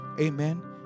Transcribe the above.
Amen